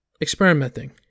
experimenting